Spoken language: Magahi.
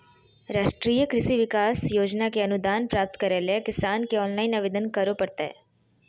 राष्ट्रीय कृषि विकास योजना के अनुदान प्राप्त करैले किसान के ऑनलाइन आवेदन करो परतय